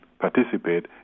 participate